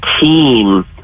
team